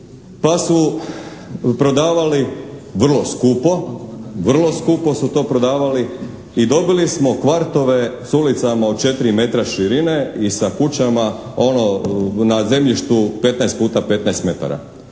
su to prodavali i dobili smo kvartove s ulicama od 4 metra širine i sa kućama, ono, na zemljištu 15 puta 15 metara.